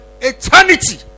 eternity